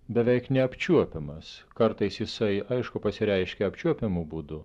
beveik neapčiuopiamas kartais jisai aišku pasireiškia apčiuopiamu būdu